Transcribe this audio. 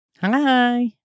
Hi